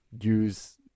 use